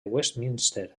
westminster